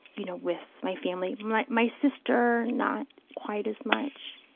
you know with my family. my my sister, not quite as much.